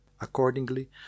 accordingly